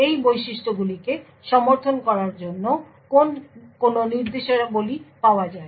এই বৈশিষ্ট্যগুলিকে সমর্থন করার জন্য কোন নির্দেশাবলী পাওয়া যায়